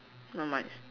not much